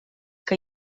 que